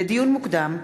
לדיון מוקדם: